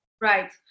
right